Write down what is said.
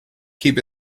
keep